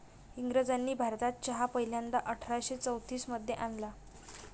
इंग्रजांनी भारतात चहा पहिल्यांदा अठरा शे चौतीस मध्ये आणला